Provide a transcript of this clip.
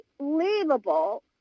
unbelievable